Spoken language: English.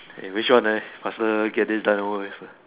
hey which one leh faster get this done over with